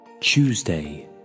Tuesday